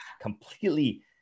completely